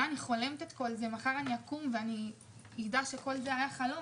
שאני כנראה חולמת את כל זה ומחר אני אקום ויסתבר לי שכל זה היה חלום,